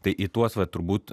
tai į tuos va turbūt